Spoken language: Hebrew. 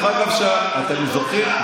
אני מבטיח לך שכשהוא ידבר איתי,